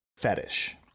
fetish